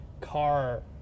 car